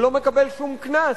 הוא לא מקבל שום קנס,